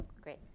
Great